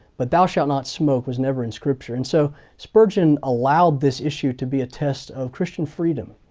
but thou shall not smoke was never in scripture, and so spurgeon allowed this issue to be a test of christian freedom,